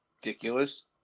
ridiculous